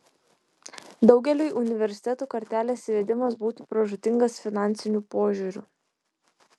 daugeliui universitetų kartelės įvedimas būtų pražūtingas finansiniu požiūriu